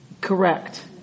Correct